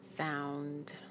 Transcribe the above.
sound